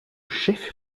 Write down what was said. chef